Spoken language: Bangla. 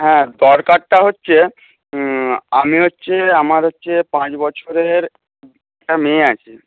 হ্যাঁ দরকারটা হচ্ছে আমি হচ্ছি আমার হচ্ছে পাঁচ বছরের একটা মেয়ে আছে